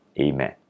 Amen